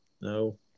No